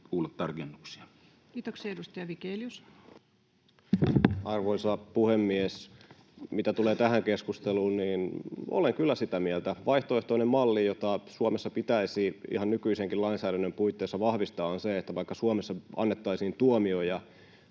kuulla tarkennuksia. Kiitoksia. — Edustaja Vigelius. Arvoisa puhemies! Mitä tulee tähän keskusteluun, niin olen kyllä sitä mieltä, että vaihtoehtoinen malli, jota Suomessa pitäisi ihan nykyisenkin lainsäädännön puitteissa vahvistaa, on se, että vaikka Suomessa annettaisiin tuomioita,